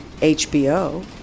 HBO